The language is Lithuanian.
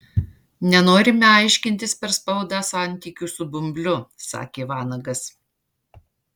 nenorime aiškintis per spaudą santykių su bumbliu sakė vanagas